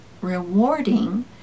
rewarding